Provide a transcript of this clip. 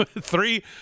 Three